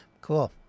cool